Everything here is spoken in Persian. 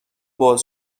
باز